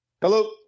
Hello